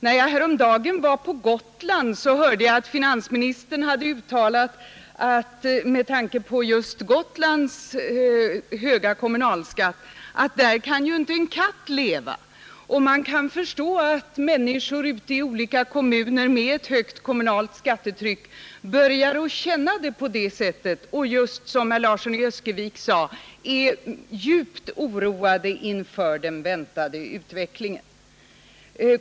När jag häromdagen var på Gotland hörde jag att finansministern med tanke på just Gotlands höga kommunalskatt hade uttalat att där kan ju inte en katt leva. Man kan förstå att människor ute i olika kommuner med ett högt kommunalt skattetryck börjar känna det på det sättet och just, som herr Larsson i Öskevik sade, är djupt oroade inför den väntade utvecklingen.